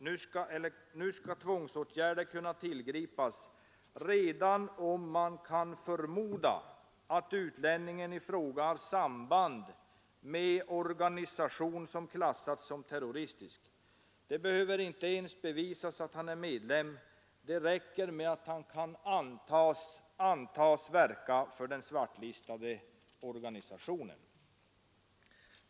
Nu skall tvångsåtgärder kunna tillgripas redan om man kan förmoda att utlänningen i fråga har samband med organisation som klassats som terroristisk. Det behöver inte ens bevisas att han är medlem. Det räcker med att han kan ”antas verka” för den svartlistade organisationen.